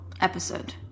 episode